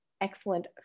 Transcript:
excellent